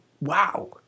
Wow